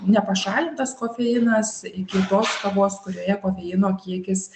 ne pašalintas kofeinas iki tos kavos kurioje kofeino kiekis